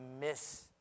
miss